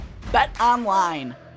BetOnline